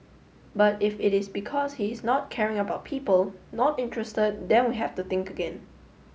but if it is because he is not caring about people not interested then we have to think again